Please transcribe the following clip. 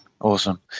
awesome